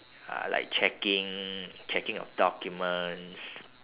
uh like checking checking of documents